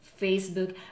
Facebook